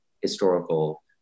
historical